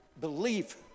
belief